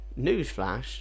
newsflash